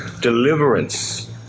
deliverance